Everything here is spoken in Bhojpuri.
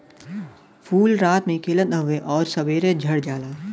फूल रात में खिलत हउवे आउर सबेरे झड़ जाला